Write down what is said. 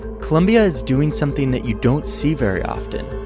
colombia is doing something that you don't see very often.